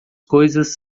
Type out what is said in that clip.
coisas